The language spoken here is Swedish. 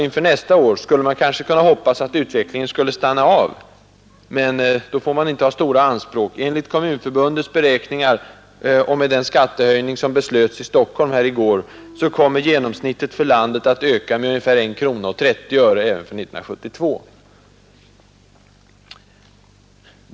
Inför nästa år skulle man kanske kunna hoppas att utvecklingen skulle stanna av, men då får man inte ha stora anspråk. Enligt Kommunförbundets beräkningar, och med den skattehöjning som beslöts här i Stockholm i går, kommer genomsnittet för landet att öka med ungefär 1:30 kr. för 1972.